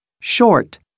Short